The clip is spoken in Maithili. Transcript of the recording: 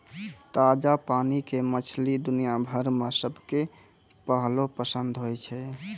ताजा पानी के मछली दुनिया भर मॅ सबके पहलो पसंद होय छै